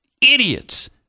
idiots